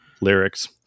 lyrics